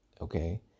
Okay